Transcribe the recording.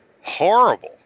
horrible